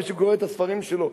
מי שקורא את הספרים שלו,